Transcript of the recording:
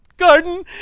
garden